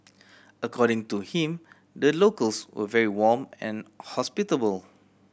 according to him the locals were very warm and hospitable